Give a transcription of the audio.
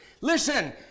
Listen